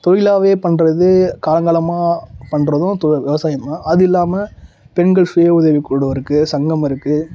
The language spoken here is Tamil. தொழிலாகவே பண்ணுறது காலங்காலமாக பண்ணுறதும் தொ விவசாயம் தான் அது இல்லாமல் பெண்கள் சுய உதவி குழு இருக்குது சங்கம் இருக்குது